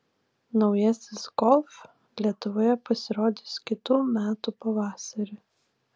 naujasis golf lietuvoje pasirodys kitų metų pavasarį